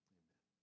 amen